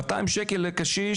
200 שקל לקשיש,